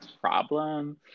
problem